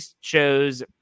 chose